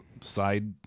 side